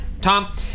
Tom